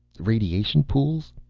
radiation pools?